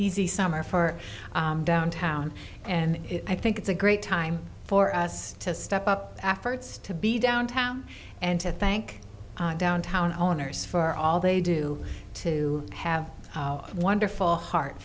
easy summer for downtown and i think it's a great time for us to step up efforts to be downtown and to thank downtown owners for all they do to have a wonderful heart